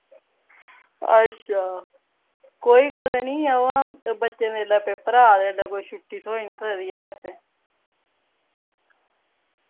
अच्छा कोई गल्ल निं अवा बच्चें दे इसलै पेपर आ दे ते कोई छुट्टी थ्होई निं सकदी ऐ वैसे